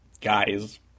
Guy's